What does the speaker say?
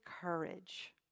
courage